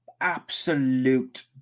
absolute